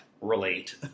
relate